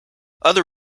other